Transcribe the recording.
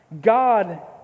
God